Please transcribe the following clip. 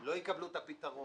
לא יקבלו פתרון.